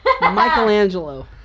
Michelangelo